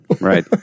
right